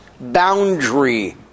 boundary